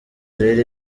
rero